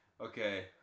okay